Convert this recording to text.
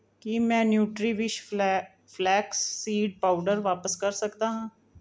ਕੀ ਮੈਂ ਨਿਊਟ੍ਰੀਵਿਸ਼ ਫਲੈ flax seed powder ਵਾਪਸ ਕਰ ਸਕਦਾ ਹਾਂ